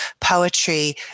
poetry